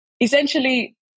essentially